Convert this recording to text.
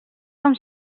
com